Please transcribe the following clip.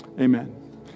Amen